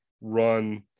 run